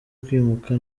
kwimuka